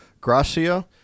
Gracia